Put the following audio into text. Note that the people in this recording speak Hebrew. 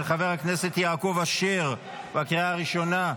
של חבר הכנסת יעקב אשר בקריאה הראשונה.